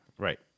Right